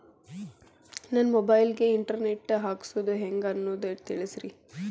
ನನ್ನ ಮೊಬೈಲ್ ಗೆ internet ಹಾಕ್ಸೋದು ಹೆಂಗ್ ಅನ್ನೋದು ತಿಳಸ್ರಿ